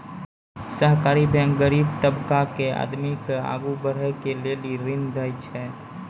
सहकारी बैंक गरीब तबका के आदमी के आगू बढ़ै के लेली ऋण देय छै